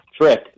trick